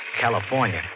California